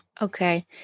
Okay